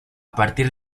partir